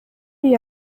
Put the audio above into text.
iyi